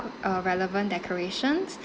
a relevant decoration